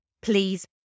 please